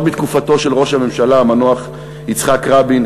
עוד מתקופתו של ראש הממשלה המנוח יצחק רבין,